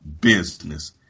business